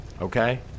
okay